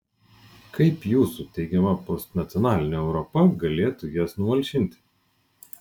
kaip jūsų teigiama postnacionalinė europa galėtų jas numalšinti